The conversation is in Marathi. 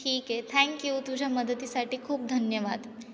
ठीक आहे थँक्यू तुझ्या मदतीसाठी खूप धन्यवाद